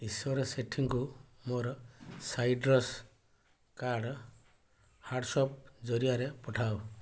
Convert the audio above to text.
ଈଶ୍ୱର ସେଠୀଙ୍କୁ ମୋର ସାଇଟ୍ରସ୍ କାର୍ଡ଼ ହ୍ଵାଟ୍ସଆପ ଜରିଆରେ ପଠାଅ